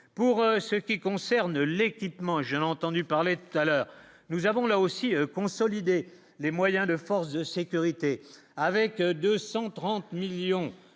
pour ce qui concerne l'équipement, j'ai entendu parler tout à l'heure, nous avons là aussi consolider les moyens de forces de sécurité, avec 230 millions de